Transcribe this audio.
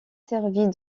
servit